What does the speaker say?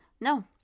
No